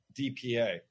DPA